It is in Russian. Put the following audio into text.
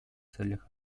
целях